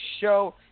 show